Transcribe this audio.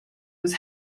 was